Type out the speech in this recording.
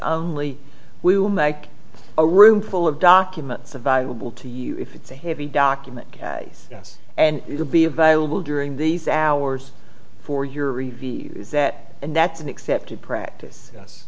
only we will make a roomful of documents available to you if it's a heavy document yes and you can be available during these hours for your reviews that and that's an accepted practice